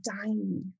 dying